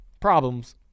problems